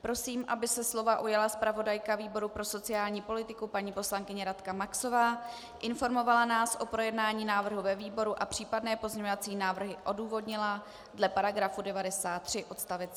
Prosím, aby se slova ujala zpravodajka výboru pro sociální politiku paní poslankyně Radka Maxová, informovala nás o projednání návrhu ve výboru a případné pozměňovací návrhy odůvodnila dle § 93 odst.